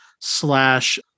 slash